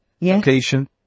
location